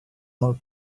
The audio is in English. more